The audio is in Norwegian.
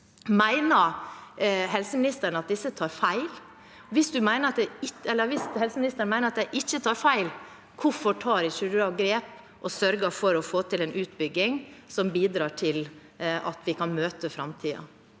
Hvis helseministeren mener at de ikke tar feil, hvorfor tar hun ikke da grep og sørger for å få til en utbygging som bidrar til at vi kan møte framtiden?